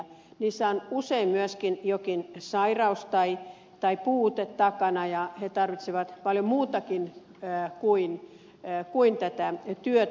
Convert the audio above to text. heillä on usein myöskin jokin sairaus tai puute takana ja he tarvitsevat paljon muutakin kuin tätä työtä